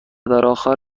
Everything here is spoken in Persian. درآخر